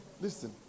Listen